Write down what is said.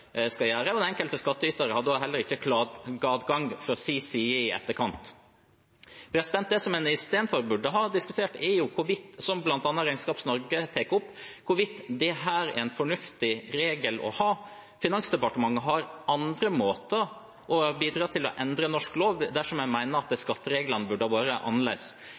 skal gjøre, og den enkelte skattyter har da heller ikke klageadgang fra sin side i etterkant. Det en istedenfor burde ha diskutert, er – som bl.a. Regnskap Norge tar opp – hvorvidt dette er en fornuftig regel å ha. Finansdepartementet har andre måter å bidra til å endre norsk lov på dersom en mener at skattereglene burde ha vært